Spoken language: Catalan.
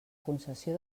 concessió